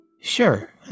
Sure